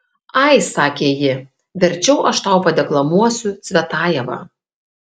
ai sakė ji verčiau aš tau padeklamuosiu cvetajevą